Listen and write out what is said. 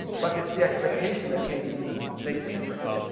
but it's the expectation that changes, that makes the difference.